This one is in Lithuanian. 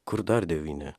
kur dar devyni